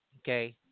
Okay